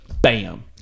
bam